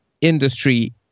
industry